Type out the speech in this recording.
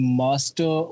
master